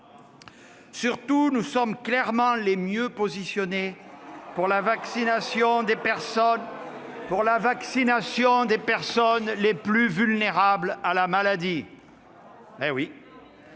Surtout, nous sommes clairement les mieux positionnés pour la vaccination des personnes les plus vulnérables face à la maladie. Eh oui !